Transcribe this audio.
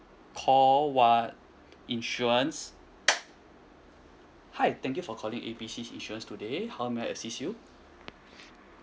call one insurance hi thank you for calling A B C insurance today how may I assist you